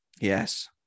Yes